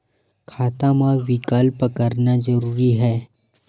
खाता मा विकल्प करना जरूरी है?